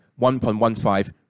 1.15